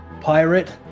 pirate